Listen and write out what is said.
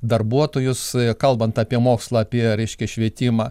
darbuotojus kalbant apie mokslą apie raiškia švietimą